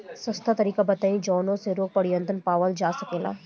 सस्ता तरीका बताई जवने से रोग पर नियंत्रण पावल जा सकेला?